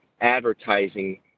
advertising